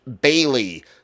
Bailey